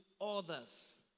others